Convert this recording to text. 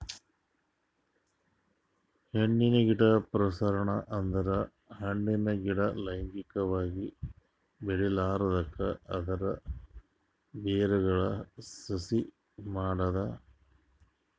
ಹಣ್ಣಿನ ಗಿಡ ಪ್ರಸರಣ ಅಂದುರ್ ಹಣ್ಣಿನ ಗಿಡ ಲೈಂಗಿಕವಾಗಿ ಬೆಳಿಲಾರ್ದಂಗ್ ಅದರ್ ಬೇರಗೊಳ್ ಕಸಿ ಮಾಡದ್